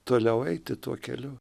toliau eiti tuo keliu